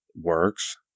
Works